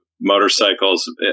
motorcycles